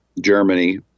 Germany